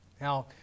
Now